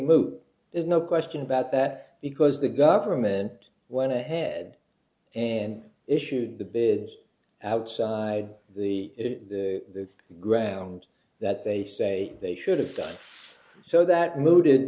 moot there's no question about that because the government went ahead and issued the bins outside the ground that they say they should have done so that moo